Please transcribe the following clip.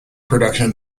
production